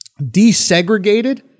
desegregated